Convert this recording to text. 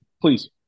Please